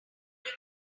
when